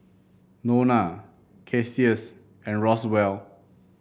Nona Cassius and Roswell